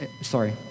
sorry